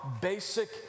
basic